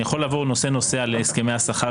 אני יכול לעבור נושא נושא על הסכמי השכר,